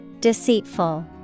Deceitful